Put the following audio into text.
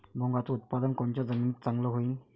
मुंगाचं उत्पादन कोनच्या जमीनीत चांगलं होईन?